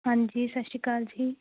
ਹਾਂਜੀ ਸਤਿ ਸ਼੍ਰੀ ਅਕਾਲ ਜੀ